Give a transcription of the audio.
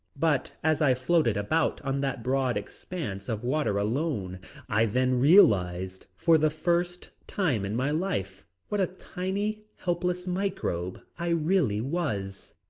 but as i floated about on that broad expanse of water alone i then realized for the first time in my life what a tiny, helpless microbe i really was.